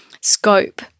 scope